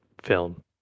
film